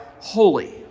holy